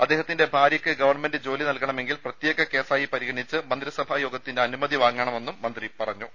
അദ്ദേഹത്തിന്റെ ഭാര്യയ്ക്ക് ഗവൺമെന്റ് ജോലി നല്കണമെങ്കിൽ പ്രത്യേക കേസ് ആയി പരിഗണിച്ച് മന്ത്രിസഭാ യോഗത്തിന്റെ അനുമതി വാങ്ങണമെന്നും മന്ത്രി പറഞ്ഞു